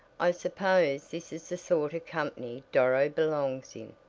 i suppose this is the sort of company doro belongs in,